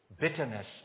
bitterness